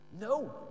No